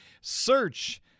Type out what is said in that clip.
search